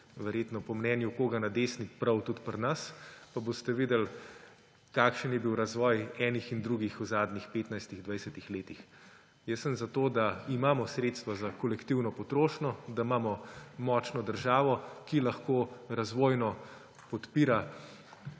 verjetno po mnenju koga na desni prav tudi pri nas, pa boste videli, kakšen je bil razvoj enih in drugih v zadnjih 15, 20 letih. Jaz sem za to, da imamo sredstva za kolektivno potrošnjo, da imamo močno državo, ki lahko razvojno podpira